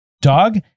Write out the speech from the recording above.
dog